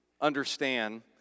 understand